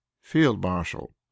Field-marshal